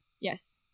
Yes